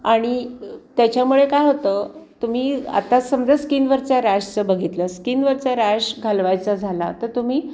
आणि त्याच्यामुळे काय होतं तुम्ही आता समजा स्किनवरचा रॅशचं बघितलं स्किनवरचा रॅश घालवायचा झाला तर तुम्ही